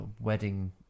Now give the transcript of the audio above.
wedding